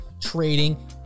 trading